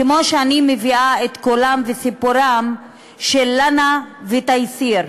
כמו שאני מביאה את קולם וסיפורם של לאנה ותייסיר.